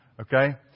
okay